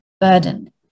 burden